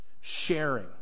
Sharing